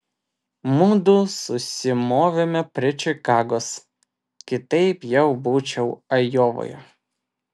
mudu susimovėme prie čikagos kitaip jau būčiau ajovoje